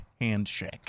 handshake